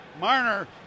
Marner